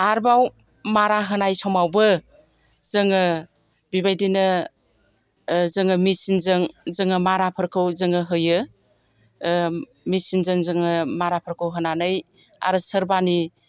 आरबाव मारा होनाय समावबो जोङो बेबायदिनो जोङो मेचिनजों जोङो माराफोरखौ जोङो होयो मेचिनजों जोङो माराफोरखौ होनानै आरो सोरनिबा